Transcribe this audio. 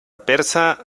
persa